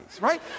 right